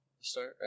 start